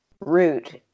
root